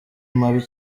mabi